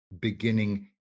beginning